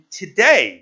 today